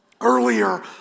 earlier